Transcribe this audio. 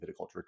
viticulture